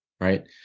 right